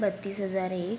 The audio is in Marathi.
बत्तीस हजार एक